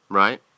right